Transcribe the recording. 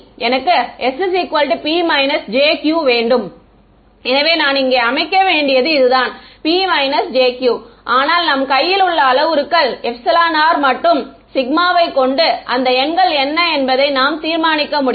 எனக்கு sp jq வேண்டும் எனவே நான் இங்கே அமைக்க வேண்டியது இதுதான் p jq ஆனால் நம் கையில் உள்ள அளவுருக்கள் r மற்றும் வை கொண்டு அந்த எண்கள் என்ன என்பதை நாம் தீர்மானிக்க முடியும்